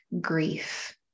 grief